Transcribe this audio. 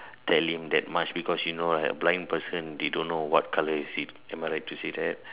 tell him that much because you know like blind person they don't know what colour is it am I right to say that